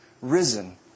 risen